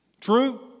True